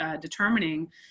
determining